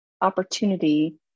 opportunity